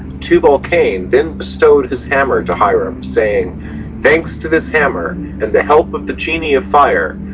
tubal-cain then bestowed his hammer to hiram, saying thanks to this hammer and the help of the genii of fire,